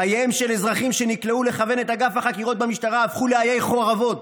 חייהם של אזרחים שנקלעו לכוונת אגף החקירות במשטרה הפכו לעיי חורבות,